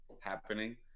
happening